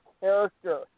character